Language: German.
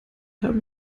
haben